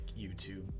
youtube